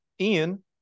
Ian